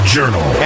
Journal